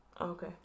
Okay